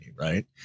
right